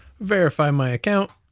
verify my account,